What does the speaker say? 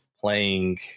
playing